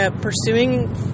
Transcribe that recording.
pursuing